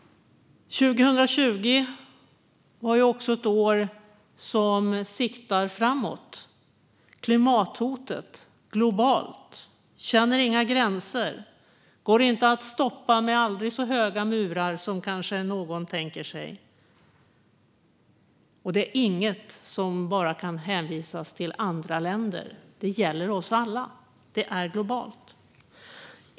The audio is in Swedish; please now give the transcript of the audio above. Fru talman! 2020 var också ett år som siktade framåt. Klimathotet är globalt och känner inga gränser. Det går inte att stoppa med aldrig så höga murar, som någon kanske tänker sig, och det är inget som kan hänvisas till andra länder. Det gäller oss alla. Det är globalt.